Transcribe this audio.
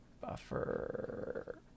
buffer